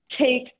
take